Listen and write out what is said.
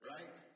Right